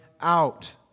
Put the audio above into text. out